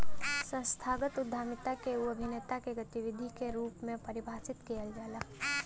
संस्थागत उद्यमिता के उ अभिनेता के गतिविधि के रूप में परिभाषित किहल जाला